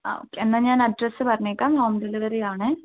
അ okay എന്നാൽ ഞാൻ address പറഞ്ഞ് അയക്കാം ഹോം ഡെലിവറി ആണ്